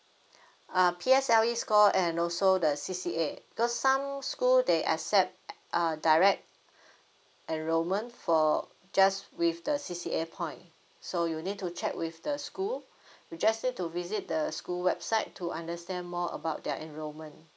uh P_S_L_E score and also the C_C_A because some school they accept a direct enrollment for just with the C_C_A point so you need to check with the school you just need to visit the school website to understand more about their enrollment